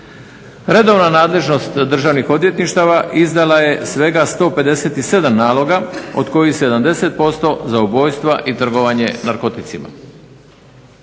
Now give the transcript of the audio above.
Redovna nadležnost državnih odvjetništava izdala je svega 157 naloga od kojih 70% za ubojstva i trgovanje narkoticima.